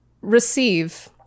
receive